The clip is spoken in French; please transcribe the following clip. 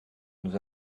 nous